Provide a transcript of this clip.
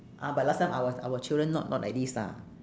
ah but last time our our children not not like this lah